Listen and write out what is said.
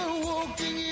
walking